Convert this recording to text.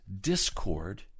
discord